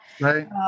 Right